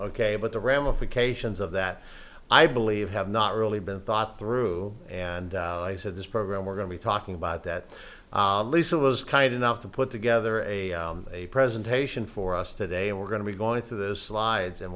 ok but the ramifications of that i believe have not really been thought through and i said this program we're going to be talking about that lisa was kind enough to put together a presentation for us today and we're going to be going through those slides and